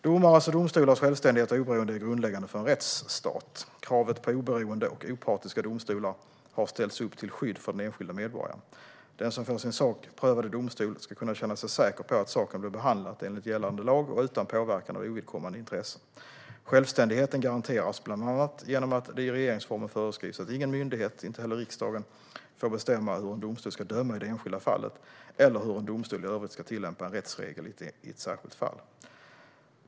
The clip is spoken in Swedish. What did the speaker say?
Domares och domstolars självständighet och oberoende är grundläggande för en rättsstat. Kravet på oberoende och opartiska domstolar har ställts upp till skydd för den enskilda medborgaren. Den som får sin sak prövad i domstol ska kunna känna sig säker på att saken blir behandlad enligt gällande lag och utan påverkan av ovidkommande intressen. Självständigheten garanteras bland annat genom att det i regeringsformen föreskrivs att ingen myndighet, inte heller riksdagen, får bestämma hur en domstol ska döma i det enskilda fallet eller hur en domstol i övrigt ska tillämpa en rättsregel i ett särskilt fall.